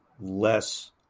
less